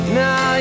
now